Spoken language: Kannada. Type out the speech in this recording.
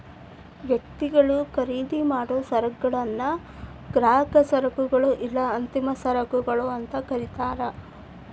ವ್ಯಕ್ತಿಗಳು ಖರೇದಿಮಾಡೊ ಸರಕುಗಳನ್ನ ಗ್ರಾಹಕ ಸರಕುಗಳು ಇಲ್ಲಾ ಅಂತಿಮ ಸರಕುಗಳು ಅಂತ ಕರಿತಾರ